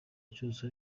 cyose